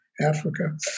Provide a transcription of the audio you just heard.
Africa